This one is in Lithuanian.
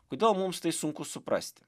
kodėl mums tai sunku suprasti